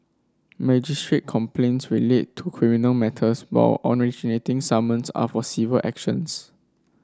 magistrate's complaints relate to criminal matters while originating summons are for civil actions